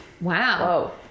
Wow